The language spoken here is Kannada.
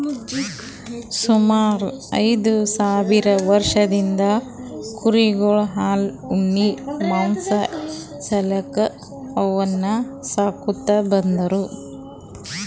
ಸುಮಾರ್ ಐದ್ ಸಾವಿರ್ ವರ್ಷದಿಂದ್ ಕುರಿಗೊಳ್ ಹಾಲ್ ಉಣ್ಣಿ ಮಾಂಸಾ ಸಾಲ್ಯಾಕ್ ಅವನ್ನ್ ಸಾಕೋತ್ ಬಂದಾರ್